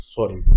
Sorry